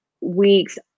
weeks